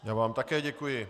Já vám také děkuji.